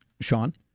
Sean